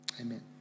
Amen